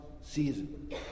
season